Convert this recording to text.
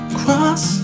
cross